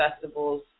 festivals